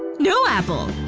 no apple.